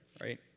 right